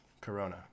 Corona